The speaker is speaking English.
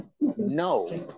no